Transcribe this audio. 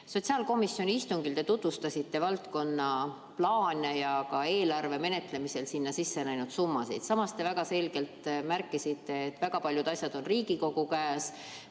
Sotsiaalkomisjoni istungil te tutvustasite valdkonna plaane ja ka eelarve menetlemisel sinna sisse läinud summasid. Samas te väga selgelt märkisite, et väga paljud asjad on Riigikogu käes.